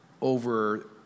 over